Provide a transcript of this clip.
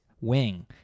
wing